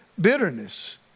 Bitterness